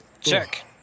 Check